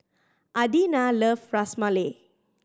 Adina loves Ras Malai